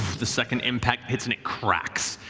the second impact hits and it cracks,